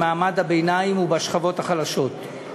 במעמד הביניים ובשכבות החלשות.